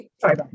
Sorry